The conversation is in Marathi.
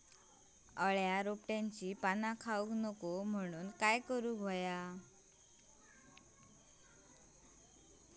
अळ्या रोपट्यांची पाना खाऊक नको म्हणून काय करायचा?